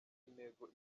intego